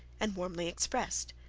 and warmly expressed.